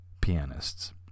pianists